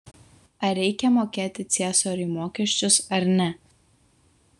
ar reikia mokėti ciesoriui mokesčius ar ne